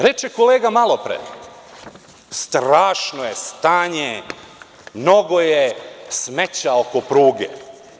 Reče kolega malopre – strašno je stanje, mnogo je smeća oko pruge.